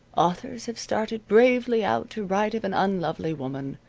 authors have started bravely out to write of an unlovely woman,